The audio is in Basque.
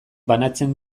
banatzen